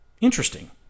Interesting